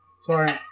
sorry